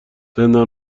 زندان